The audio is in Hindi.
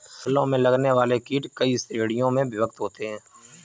फसलों में लगने वाले कीट कई श्रेणियों में विभक्त होते हैं